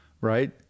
right